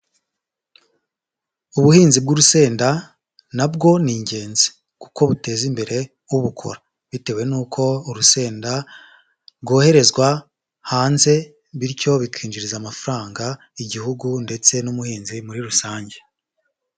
Ubuhinzi bw'urusenda na bwo ni ingenzi kuko buteza imbere ubukora bitewe nuko urusenda rwoherezwa hanze bityo bikinjiriza amafaranga Igihugu ndetse n'umuhinzi muri rusange.